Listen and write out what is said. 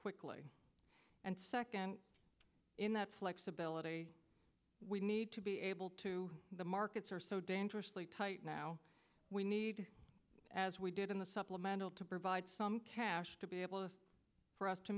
quickly and second in that flexibility we need to be able to the markets are so dangerously tight now we need as we did in the supplemental to provide some cash to be able for us to